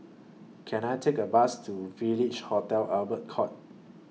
Can I Take A Bus to Village Hotel Albert Court